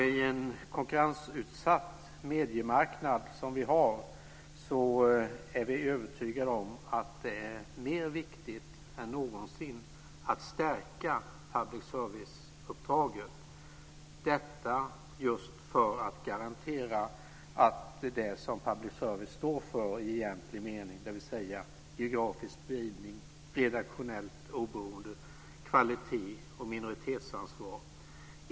I en konkurrensutsatt mediemarknad är vi övertygade att det är mer viktigt än någonsin att stärka public service-uppdraget - detta just för att garantera det som public service står för i egentlig mening, dvs. geografisk spridning, redaktionellt oberoende, kvalitet och minoritetsansvar.